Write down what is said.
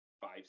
five